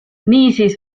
niisiis